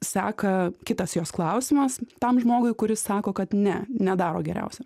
seka kitas jos klausimas tam žmogui kuris sako kad ne nedaro geriausia